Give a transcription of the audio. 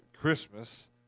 Christmas